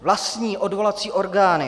Vlastní odvolací orgány